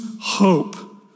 hope